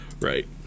right